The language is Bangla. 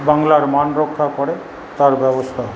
বাংলার মান রক্ষা করে তার ব্যবস্থা করা